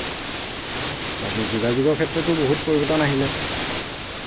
বাকী যোগাযোগৰ ক্ষেত্ৰতো বহুত পৰিৱৰ্তন আহিলে